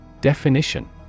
Definition